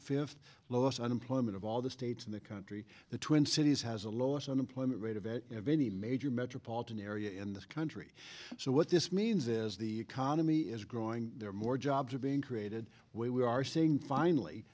fifth lowest unemployment of all the states in the country the twin cities has a lowest unemployment rate of it of any major metropolitan area in this country so what this means is the economy is growing there are more jobs are being created where we are seeing finally